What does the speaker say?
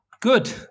Good